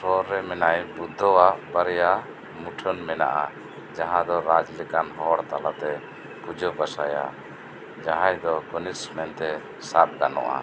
ᱥᱳᱨ ᱨᱮ ᱢᱮᱱᱟᱭ ᱵᱩᱫᱽᱫᱷᱚᱣᱟᱜ ᱵᱟᱨᱭᱟ ᱢᱩᱴᱷᱟᱹᱱ ᱢᱮᱱᱟᱜᱼᱟ ᱡᱟᱦᱟᱸ ᱫᱚ ᱨᱟᱡᱽ ᱞᱮᱠᱟᱱ ᱦᱚᱲ ᱛᱟᱞᱟᱛᱮ ᱯᱩᱡᱟᱹ ᱯᱟᱥᱟᱭᱟ ᱡᱟᱦᱟᱸᱭ ᱫᱚ ᱠᱚᱱᱤᱥᱠ ᱢᱮᱱᱛᱮ ᱥᱟᱵ ᱜᱟᱱᱚᱜᱼᱟ